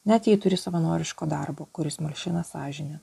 net jei turi savanoriško darbo kuris malšina sąžinę